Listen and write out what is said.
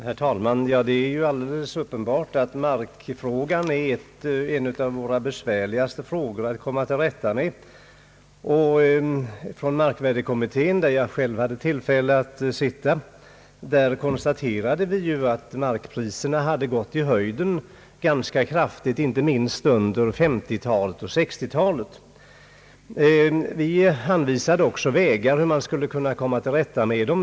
Herr talman! Det är alldeles uppenbart att markfrågan hör till de frågor som det är besvärligast att komma till rätta med. I markvärdekommittén, där jag själv hade tillfälle att sitta, konstaterade vi att markpriserna gått i höjden ganska kraftigt, inte minst under 1950 och 1960-talen. Vi anvisade också vägar för att komma till rätta med dem.